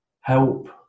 help